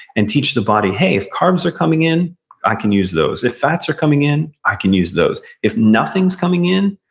and teach the body, hey if carbs are coming in i can use those. if fats are coming in, i can use those. if nothings coming in,